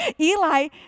Eli